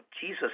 Jesus